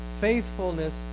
Faithfulness